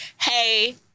hey